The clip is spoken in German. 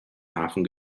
hafen